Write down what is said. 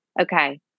Okay